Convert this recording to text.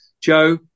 Joe